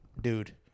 dude